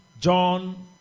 John